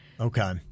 Okay